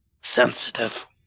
sensitive